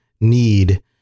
need